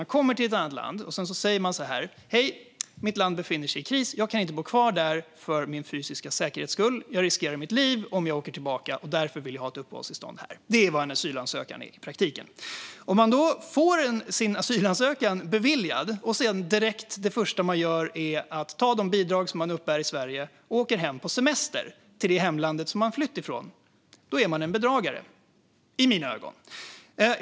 Man kommer till ett annat land och säger: "Hej! Mitt land befinner sig i kris, och jag kan inte bo kvar där för min fysiska säkerhets skull. Jag riskerar mitt liv om jag åker tillbaka, och därför vill jag ha ett uppehållstillstånd här." Det här är vad en asylansökan är i praktiken. Om man får sin asylansökan beviljad och man sedan direkt, det första man gör, tar de bidrag som man uppbär i Sverige och åker hem på semester till det land som man har flytt ifrån är man en bedragare i mina ögon.